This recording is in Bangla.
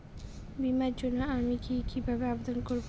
বিমার জন্য আমি কি কিভাবে আবেদন করব?